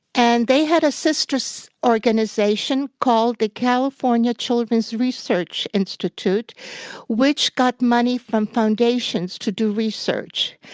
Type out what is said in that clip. and they had a sister so organization called the california children's research institute which got money from foundations to do research.